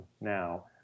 now